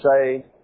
say